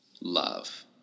love